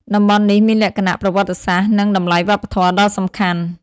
តំបន់នេះមានលក្ខណៈប្រវត្តិសាស្ត្រ និងតម្លៃវប្បធម៌ដ៏សំខាន់។